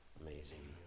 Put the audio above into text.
amazing